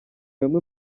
bamwe